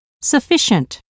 Sufficient